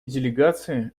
делегации